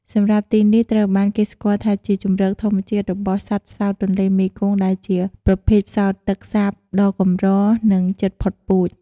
សម្រាប់ទីនេះត្រូវបានគេស្គាល់ថាជា ជម្រកធម្មជាតិរបស់សត្វផ្សោតទន្លេមេគង្គដែលជាប្រភេទផ្សោតទឹកសាបដ៏កម្រ និងជិតផុតពូជ ។